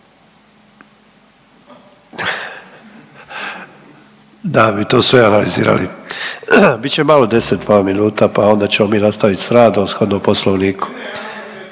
Da bi to sve analizirali. Bit će malo 10 vam minuta pa onda ćemo mi nastaviti s radom sukladno Poslovniku.